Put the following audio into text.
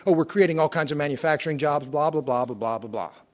ah we're creating all kinds of manufacturing jobs, blah, blah, blah, blah, blah, blah, blah.